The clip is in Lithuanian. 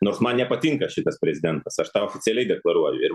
nors man nepatinka šitas prezidentas aš tą oficialiai deklaruoju ir